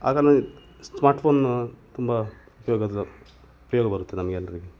ಆಗ ನ ಸ್ಮಾರ್ಟ್ಫೋನು ತುಂಬ ಉಪಯೋಗ ಉಪಯೋಗ ಬರುತ್ತೆ ನಮಗೆಲ್ರಿಗೆ